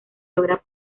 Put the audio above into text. logra